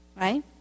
Right